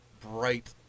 bright